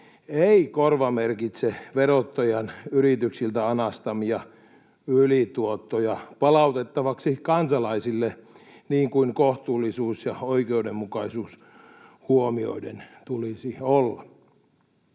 ei korvamerkitse verottajan yrityksiltä anastamia ylituottoja palautettavaksi kansalaisille, niin kuin kohtuullisuus ja oikeudenmukaisuus huomioiden tulisi olla.